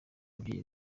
ababyeyi